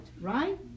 right